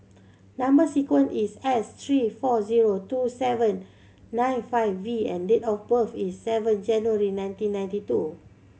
number sequence is S three four zero two seven nine five V and date of birth is seven January nineteen ninety two